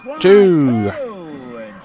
two